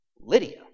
Lydia